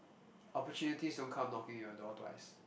opportunities don't come knocking on your door twice